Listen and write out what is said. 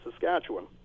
Saskatchewan